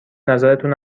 نظرتون